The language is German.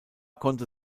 konnte